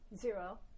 zero